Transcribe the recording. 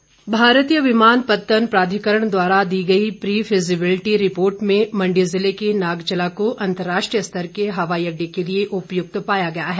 प्रश्नकाल भारतीय विमानपत्तन प्राधिकरण द्वारा दी गई प्री फिजीबिलिटी रिपोर्ट में मंडी जिले के नागचला को अंतरराष्ट्रीय स्तर के हवाई अड्डे के लिए उपयुक्त पाया गया है